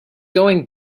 going